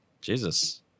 Jesus